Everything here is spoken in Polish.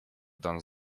dan